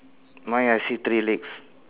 my I see three legs